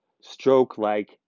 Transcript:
stroke-like